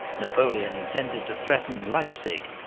napoleon intended to threaten leipzig,